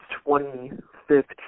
2015